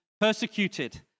persecuted